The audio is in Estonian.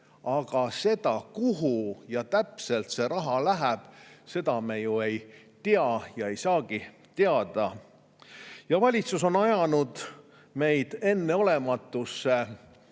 aga seda, kuhu täpselt see raha läheb, me ju ei tea ja ei saagi teada. Valitsus on ajanud meid enneolematusse